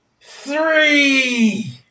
three